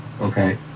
Okay